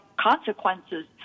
consequences